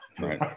right